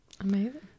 amazing